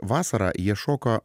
vasarą jie šoka